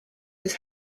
his